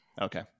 Okay